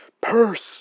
purse